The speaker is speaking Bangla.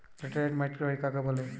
লেটেরাইট মাটি কাকে বলে?